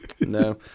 No